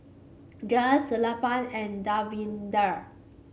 Sellapan and Davinder